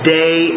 day